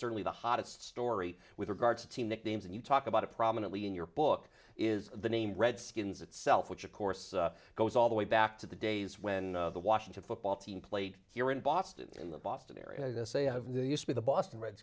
certainly the hottest story with regard to team nicknames and you talk about it prominently in your book is the name redskins itself which of course goes all the way back to the days when the washington football team played here in boston in the boston area say have the use of the boston red